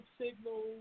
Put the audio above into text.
signal